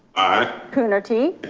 aye. coonerty,